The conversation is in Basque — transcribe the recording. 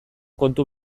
kontu